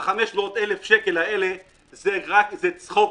500,000 השקלים האלה זה צחוק,